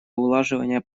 улаживания